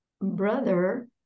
brother